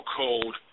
cold